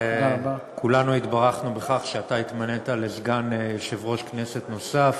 וכולנו התברכנו בכך שאתה התמנית לסגן יושב-ראש כנסת נוסף.